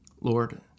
Lord